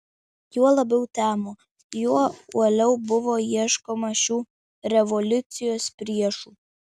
juo labiau temo juo uoliau buvo ieškoma šių revoliucijos priešų